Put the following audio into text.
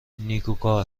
نیکوکار